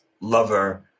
lover